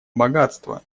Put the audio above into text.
богатства